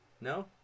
No